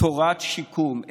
תורת שיקום.